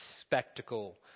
spectacle